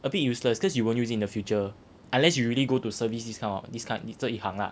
a bit useless cause you won't use in the future unless you really go to service this kind of this kind 你这一行啊